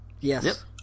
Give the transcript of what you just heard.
Yes